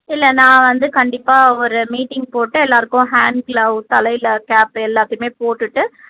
இல்லை நான் வந்து கண்டிப்பாக ஒரு மீட்டிங் போட்டு எல்லாேருக்கும் ஹேண்ட் க்ளவுஸ் தலையில் கேப்பு எல்லாத்தையுமே போட்டுவிட்டு